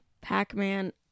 Pac-Man